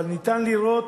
אבל ניתן לראות